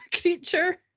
creature